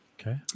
okay